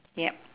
yep